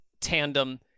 tandem